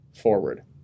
forward